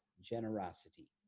generosity